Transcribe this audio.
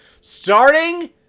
starting